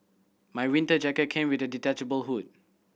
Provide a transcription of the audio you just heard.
my winter jacket came with a detachable hood